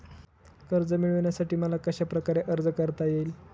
कर्ज मिळविण्यासाठी मला कशाप्रकारे अर्ज करता येईल?